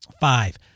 Five